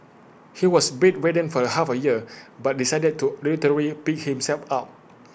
he was bedridden for the half A year but decided to literally pick himself up